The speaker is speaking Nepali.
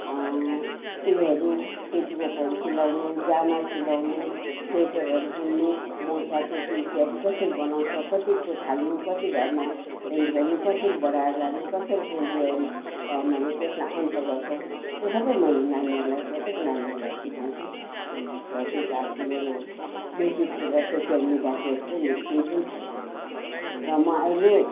उयोहरू पेटिकोटहरू सिलाउनु जामा सिलाउनु स्वेटरहरू बुन्नु मोजा टोपी इत्यादि कसरी बनाउँछ कतिको थाल्नु कति घरमा एन्ड गर्नु कसरी बढाएर लानु कसरी एन्ड गर्नु माने त्यसलाई अन्त गर्छौ त्यो सबै मैले नानीहरूलाई प्रत्येक नानीहरूलाई सिकाउँथे र त्यो त अब मेरो युट्युबतिर सोसियल मिडियातिर मेरो केही पनि छैन र म अहिले